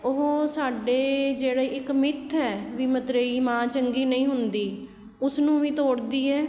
ਉਹ ਸਾਡੇ ਜਿਹੜੇ ਇੱਕ ਮਿੱਥ ਹੈ ਵੀ ਮਤਰੇਈ ਮਾਂ ਚੰਗੀ ਨਹੀਂ ਹੁੰਦੀ ਉਸਨੂੰ ਵੀ ਤੋੜਦੀ ਹੈ